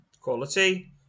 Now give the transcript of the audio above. quality